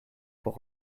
pour